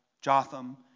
Jotham